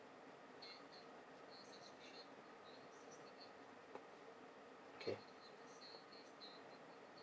okay